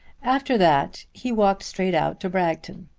after that he walked straight out to bragton.